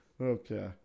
Okay